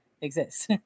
exists